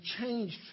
changed